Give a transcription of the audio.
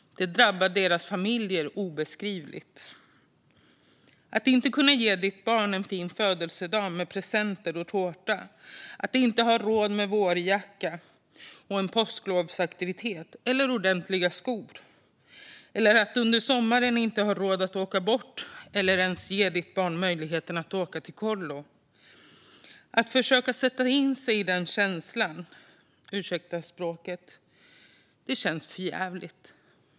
Det drabbar deras familjer obeskrivligt hårt. Det handlar om att inte kunna ge sitt barn en fin födelsedag med presenter och tårta, att inte ha råd med en vårjacka, en påsklovsaktivitet eller ordentliga skor. Det handlar om att inte ha råd att åka bort under sommaren eller att ens kunna ge ditt barn möjlighet att åka på kollo. Försök att sätta er in i den känslan! Ursäkta språket, men det känns för jävligt.